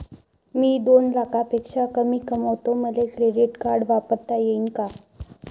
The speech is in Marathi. मी दोन लाखापेक्षा कमी कमावतो, मले क्रेडिट कार्ड वापरता येईन का?